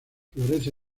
florece